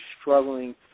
struggling